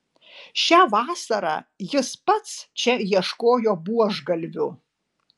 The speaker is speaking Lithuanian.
šią vasarą jis pats čia ieškojo buožgalvių